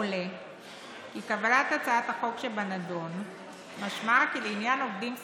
עולה כי קבלת הצעת החוק שבנדון משמעה כי לעניין עובדים שכירים,